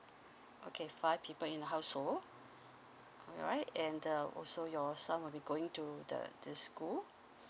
okay five people in the household alright and uh also your son will be going to the this school